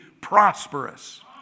prosperous